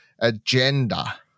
agenda